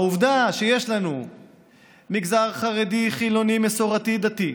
יש לנו מגזר חרדי, חילוני, מסורתי, דתי,